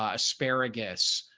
ah asparagus,